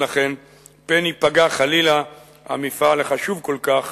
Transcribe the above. פן ייפגע חלילה המפעל החשוב כל כך